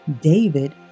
David